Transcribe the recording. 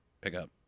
pickup